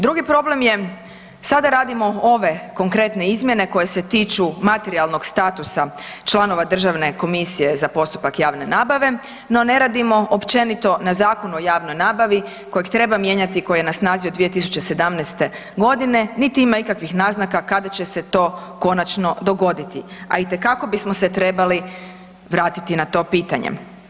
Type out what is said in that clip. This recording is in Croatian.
Drugi problem je sada radimo ove konkretne izmjene koje se tiču materijalnog statusa članova Državne komisije za postupak javne nabave no ne radimo općenito na Zakonu o javnoj nabavi kojeg treba mijenjati koji je na snazi od 2017. godine niti ima ikakvih naznaka kada će se to konačno dogoditi, a itekako bismo se trebali vratiti na to pitanje.